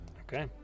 Okay